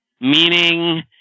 Meaning